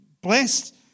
blessed